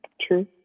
True